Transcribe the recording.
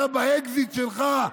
אתה באקזיט שלך,